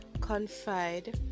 confide